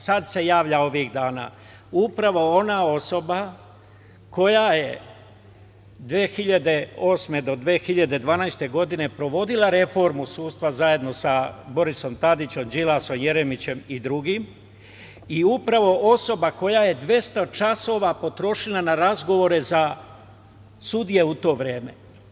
Sada se javlja ovih dana, upravo ona osoba koja je 2008. do 2012. godine sprovodila reformu sudstva zajedno sa Borisom Tadićem, Đilasom, Jeremićem, i drugima, i upravo osoba koja je 200 časova potrošila na razgovore za sudije u to vreme.